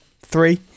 three